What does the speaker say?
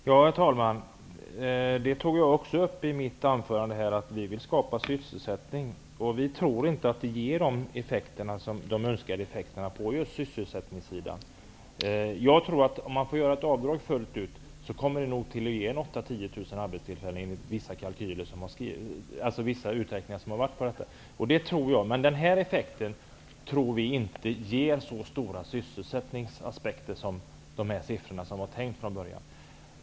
Herr talman! Jag tog i mitt anförande upp att vi i Ny demokrati vill skapa sysselsättning. Vi tror inte att förslaget ger de önskade effekterna på just sysselsättningen. Om man får göra ett avdrag fullt ut, kommer det enligt vissa kalkyler att ge 8 000-- 10 000 arbetstillfällen. Det tror jag på. Men detta förslag tror vi inte ger så stora sysselsättningseffekter som det var tänkt från början.